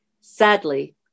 Sadly